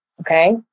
Okay